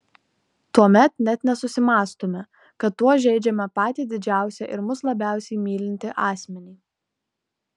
tuomet net nesusimąstome kad tuo žeidžiame patį didžiausią ir mus labiausiai mylintį asmenį